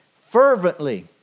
fervently